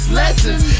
lessons